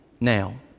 now